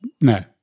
No